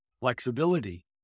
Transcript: flexibility